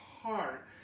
heart